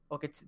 Okay